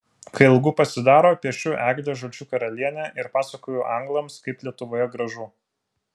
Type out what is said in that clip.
kai ilgu pasidaro piešiu eglę žalčių karalienę ir pasakoju anglams kaip lietuvoje gražu